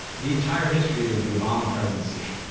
the entire history of the obama presidency,